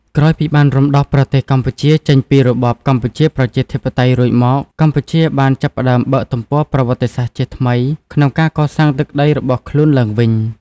ក្រោយពីបានរំដោះប្រទេសកម្ពុជាចេញពីរបបកម្ពុជាប្រជាធិបតេយ្យរួចមក កម្ពុជាបាន ចាប់ផ្តើមបើកទំព័រប្រវិត្តសាស្ត្រជាថ្មី ក្នុងការកសាងទឹកដីរបស់ខ្លួនឡើងវិញ។